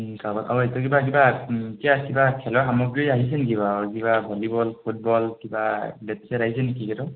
কাবাৰ কাবাৰ কিবা কিবা এতিয়া কিবা খেলৰ সামগ্ৰী আহিছে নিকি বাৰু কিবা ভলীবল ফুটবল কিবা বেট চেট আহিছে নিকি ক্ৰিকেটৰ